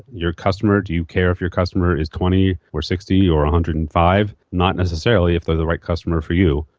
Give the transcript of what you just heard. your customer, do you care if your customer is twenty or sixty or one hundred and five? not necessarily if they are the right customer for you.